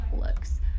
looks